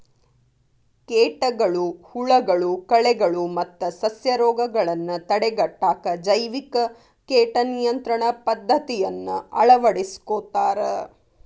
ಕೇಟಗಳು, ಹುಳಗಳು, ಕಳೆಗಳು ಮತ್ತ ಸಸ್ಯರೋಗಗಳನ್ನ ತಡೆಗಟ್ಟಾಕ ಜೈವಿಕ ಕೇಟ ನಿಯಂತ್ರಣ ಪದ್ದತಿಯನ್ನ ಅಳವಡಿಸ್ಕೊತಾರ